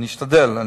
אני אשתדל,